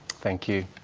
thank you.